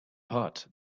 pot